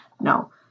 No